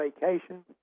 Vacation